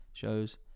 Shows